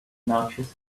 noxious